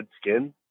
skin